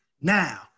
Now